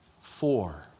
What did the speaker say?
Four